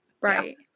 Right